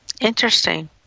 Interesting